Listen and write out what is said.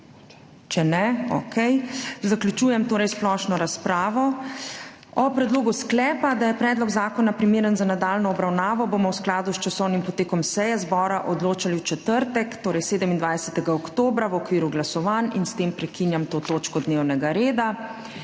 Če ne, okej. Zaključujem torej splošno razpravo. O predlogu sklepa, da je predlog zakona primeren za nadaljnjo obravnavo bomo v skladu s časovnim potekom seje zbora odločali v četrtek, torej 27. oktobra, v okviru glasovanj. S tem prekinjam to točko dnevnega reda.